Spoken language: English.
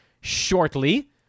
shortly